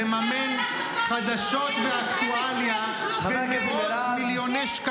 למה, הלכת פעם להתראיין ב-12, ב-13?